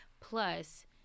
plus